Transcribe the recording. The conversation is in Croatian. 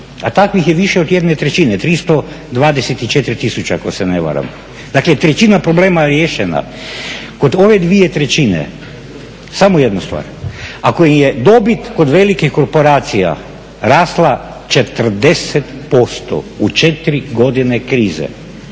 A takvih je više od jedne trećine, 324 tisuće ako se ne varam. Dakle, trećina problema je riješena. Kod ove dvije trećine samo jednu stvar, ako je dobit od velikih korporacija rasla 40% u 4 godine krize